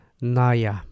naya